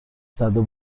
زدو